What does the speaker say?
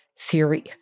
theory